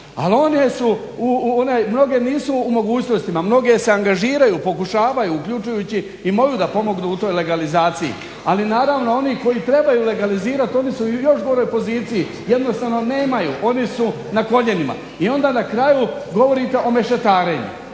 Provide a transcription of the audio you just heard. se, ali mnoge nisu u mogućnosti, mnoge se angažiraju pokušavaju uključujući i moju da pomognu u toj legalizaciji. Ali naravno oni koji trebaju legalizirati oni su u još goroj poziciji, jednostavno nemaju oni su na koljenima. I onda na kraju govorite o mešetarenju.